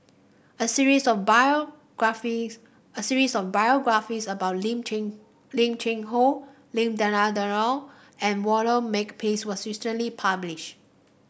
a series of biographies a series of biographies about Lim Cheng Lim Cheng Hoe Lim Denan Denon and Walter Makepeace was recently published